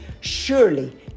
Surely